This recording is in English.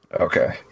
Okay